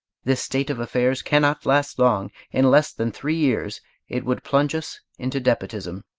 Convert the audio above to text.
this state of affairs cannot last long in less than three years it would plunge us into despotism.